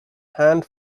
hand